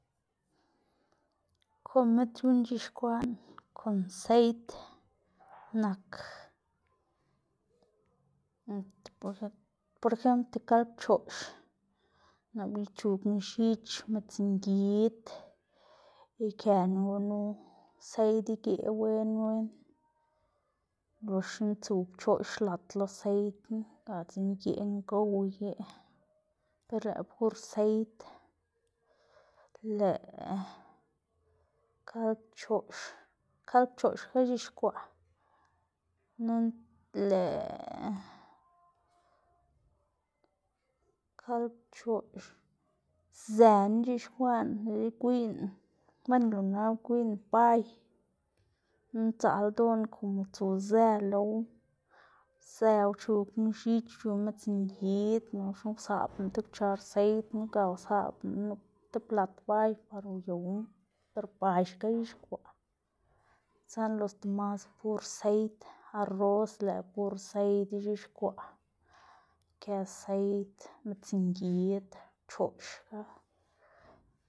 komid guꞌn c̲h̲ixkwaꞌná kon seid nak por ejemplo tib kald pchoꞌx, nap ichugná x̱ich, midzngid, ikëná gunu seid igeꞌ wen wen, loxna tsuw pchoꞌx lad lo seid knu, ga dzekna igeꞌ ngow igeꞌ, ber lëꞌkga pur seid, lëꞌ kald choꞌx, kald pchoꞌx xka c̲h̲ixkwaꞌ nana lëꞌ kald choꞌx, zëna c̲h̲ixkwaꞌná del igwiꞌyná bueno lo na ugwiꞌyná bay ndzaꞌl ldoꞌn komo tsu zë lowu, zë uchugná x̱ich uchugná midzngid loxna usaꞌbná tib kwachar seidna ga usaꞌbná nup tib plat bay par uyowná, ber bay xka c̲h̲ixkwaꞌ, saꞌnda los demás pur seid, arroz lëꞌkga pur seid ix̱ixkwaꞌ ikë seid, midzngid pchoꞌx.